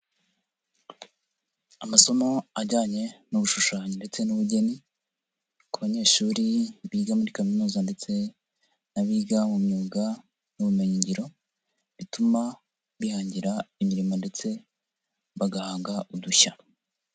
Amasomo ajyanye nogushushanya ndetse n'ubugeni ku banyeshuri biga muri kaminuza ndetse n'abiga mu myuga n'ubumenyingiro bituma bihangira imirimo ndetse bagahanga udushya.